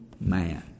man